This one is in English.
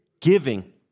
Giving